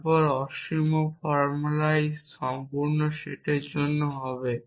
তারপর অসীম ফর্মালাইজ সম্পূর্ণ সেটের জন্য হবে